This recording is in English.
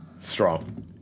strong